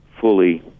fully